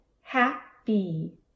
happy